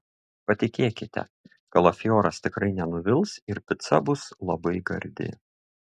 patikėkite kalafioras tikrai nenuvils ir pica bus labai gardi